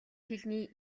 хэлний